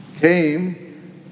came